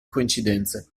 coincidenze